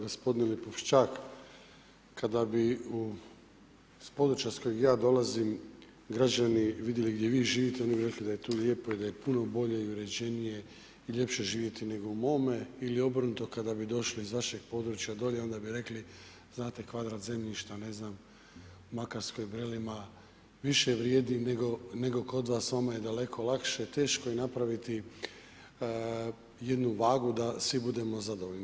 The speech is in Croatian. Gospodine Lipošćak, kada bi s područja s kojeg ja dolazim građani vidjeli gdje vi živite oni bi rekli da je tu lijepo i da je puno bolje i uređenije i ljepše živjeti nego u mome, ili obrnuto, kada bi došli iz vašeg područja dolje onda bi rekli znate kvadrat zemljišta ne znam u Makarskoj, Vrelima, više vrijedi nego kod vas, vama je daleko lakše, teško je napraviti jednu vagu da svi budemo zadovoljni.